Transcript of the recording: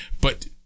But-